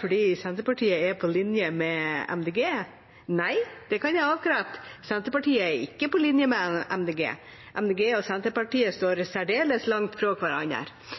fordi Senterpartiet er på linje med Miljøpartiet De Grønne. Nei, det kan jeg avkrefte. Senterpartiet er ikke på linje med Miljøpartiet De Grønne. Miljøpartiet De Grønne og Senterpartiet står særdeles langt fra hverandre.